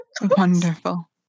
Wonderful